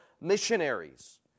missionaries